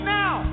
now